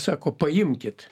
sako paimkit